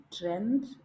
trend